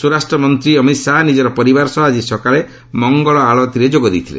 ସ୍ୱରାଷ୍ଟ୍ର ମନ୍ତ୍ରୀ ଅମିତ୍ ଶାହା ନିକର ପରିବାର ସହ ଆକି ସକାଳେ ମଙ୍ଗଳ ଆଳତୀରେ ଯୋଗ ଦେଇଥିଲେ